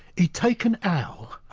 he'd take an owl,